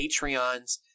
Patreons